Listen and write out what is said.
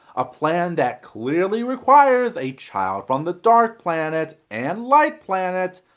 a plan that clearly requires a child from the dark planet and light planet.